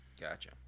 Gotcha